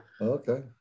Okay